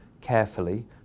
carefully